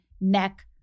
neck